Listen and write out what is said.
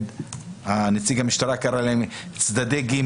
נציג המשטרה קרה להם צד ג',